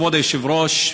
כבוד היושב-ראש,